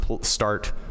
start